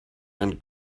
and